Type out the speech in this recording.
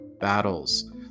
battles